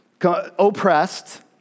oppressed